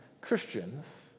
Christians